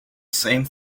same